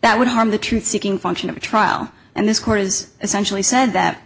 that would harm the truth seeking function of a trial and this court has essentially said that